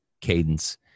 cadence